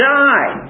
die